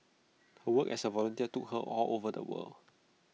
her work as A volunteer took her all over the world